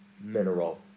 mineral